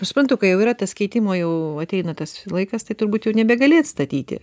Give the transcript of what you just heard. aš suprantu kai jau yra tas keitimo jau ateina tas laikas tai turbūt jau nebegali atstatyti